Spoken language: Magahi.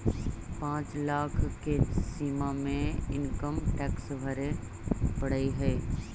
पाँच लाख के सीमा में इनकम टैक्स भरे पड़ऽ हई